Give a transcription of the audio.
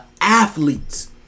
athletes